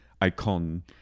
icon